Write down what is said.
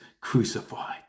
crucified